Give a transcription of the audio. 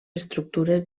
estructures